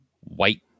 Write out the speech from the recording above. White